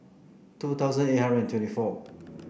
two thousand eight hundred and twenty four